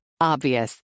Obvious